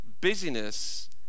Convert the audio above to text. busyness